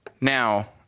Now